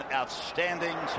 outstanding